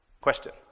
Question